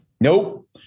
Nope